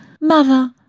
Mother